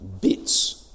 bits